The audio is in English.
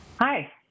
Hi